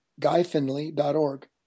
GuyFinley.org